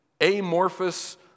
amorphous